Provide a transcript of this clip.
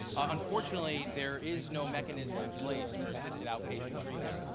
unfortunately there is no mechanism in place for assisted outpatient treatment.